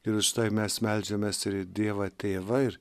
ir štai mes meldžiamės ir į dievą tėvą ir